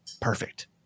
perfect